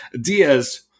Diaz